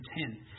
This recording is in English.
ten